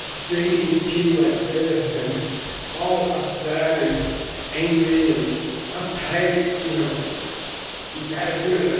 drinking tea like this. and all upset and angry and uptight. you know? like you got to do it like.